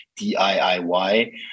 DIY